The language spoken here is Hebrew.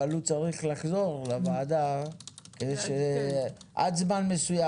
אבל הוא צריך לחזור לוועדה עד זמן מסוים.